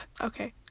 Okay